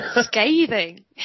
Scathing